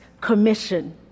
commission